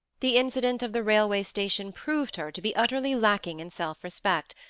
the incident of the railway station proved her to be utterly lacking in self-respect,